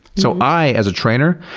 so i, as a trainer,